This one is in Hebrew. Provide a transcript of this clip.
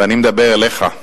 ואני מדבר אליך,